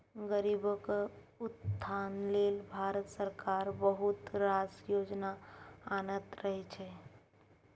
गरीबक उत्थान लेल भारत सरकार बहुत रास योजना आनैत रहय छै